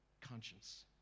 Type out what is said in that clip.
conscience